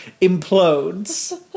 implodes